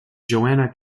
joanna